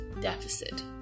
deficit